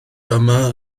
dyma